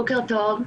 בוקר טוב.